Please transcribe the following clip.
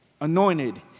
anointed